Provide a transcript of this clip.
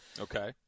Okay